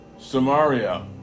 Samaria